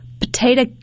potato